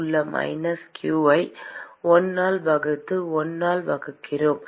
1 ஆல் வகுக்கிறோம்